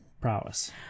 prowess